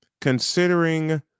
considering